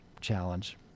challenge